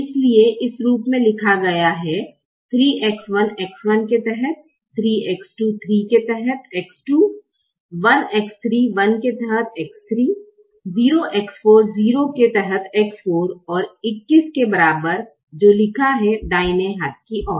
इसलिए इस रूप में लिखा गया है 3X1 X1 के तहत X1 3X2 3 के तहत X2 1X3 1 के तहत X3 0X4 0 के तहत X4 और 21 के बराबर जो लिखा है दाहिने हाथ की ओर